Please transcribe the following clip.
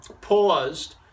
paused